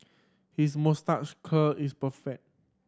his moustache curl is perfect